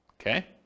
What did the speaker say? Okay